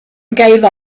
gave